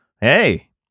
hey